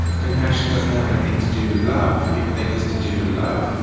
compassion doesn't have anything to do with love. people think it's to do with love.